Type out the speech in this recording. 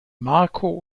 marco